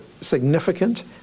significant